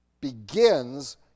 begins